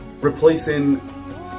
replacing